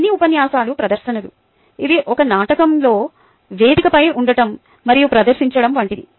అన్ని ఉపన్యాసాలు ప్రదర్శనలు ఇది ఒక నాటకంలో వేదికపై ఉండటం మరియు ప్రదర్శించడం వంటిది